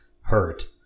hurt